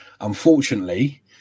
Unfortunately